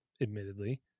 Admittedly